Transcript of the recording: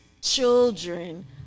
children